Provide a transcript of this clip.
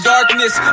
Darkness